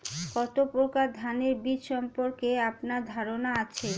কত প্রকার ধানের বীজ সম্পর্কে আপনার ধারণা আছে?